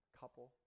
couple